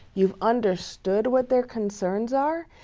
you've understood what their concerns are,